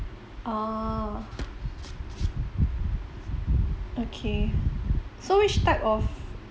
oh okay so which type of